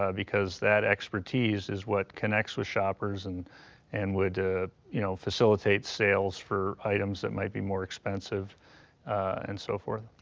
ah because that expertise is what connects with shoppers and and would you know facilitate sales for items that might be more expensive and so forth.